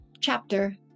chapter